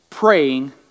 Praying